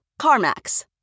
CarMax